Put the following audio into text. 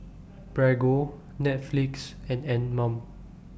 Prego Netflix and Anmum